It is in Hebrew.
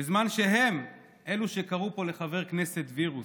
בזמן שהם אלו שקראו פה לחבר כנסת "וירוס",